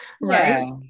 Right